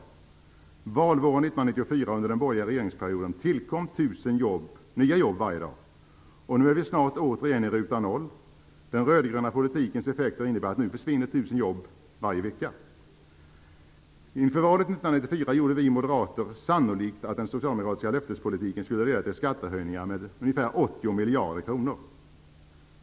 Valvåren 1994, under den borgerliga regeringsperioden, tillkom 1 000 nya jobb varje dag. Nu är vi snart återigen i ruta noll. Den röd-gröna politikens effekter innebär att nu försvinner Inför valet 1994 gjorde vi moderater sannolikt att den socialdemokratiska löftespolitiken skulle leda till skattehöjningar med ungefär 80 miljarder kronor.